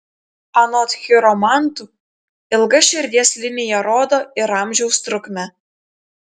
anot chiromantų ilga širdies linija rodo ir amžiaus trukmę